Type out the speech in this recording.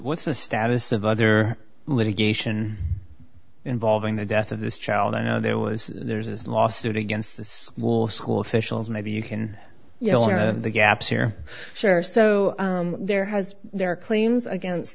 what's the status of other litigation involving the death of this child i know there was there's this lawsuit against the school school officials maybe you can you know one of the gaps here share so there has their claims against